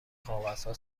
کاغذها